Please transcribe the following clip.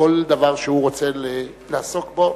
לדבר על כל דבר שהוא רוצה לעסוק בו.